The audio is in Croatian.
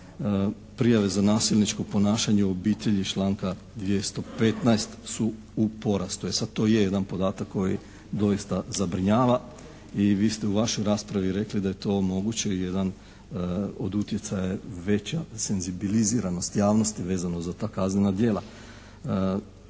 prijave za nasilničko ponašanje u obitelji iz članka 215. su u porastu. E sada, to je jedan podatak koji doista zabrinjava i vi ste u vašoj raspravi rekli da je to moguće jedan od utjecaja, veća senzibiliziranost javnosti vezano za ta kaznena djela.